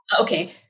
okay